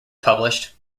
published